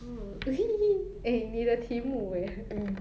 oh eh 你的题目 eh